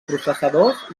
processadors